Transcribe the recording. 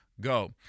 go